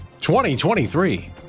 2023